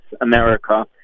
America